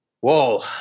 Whoa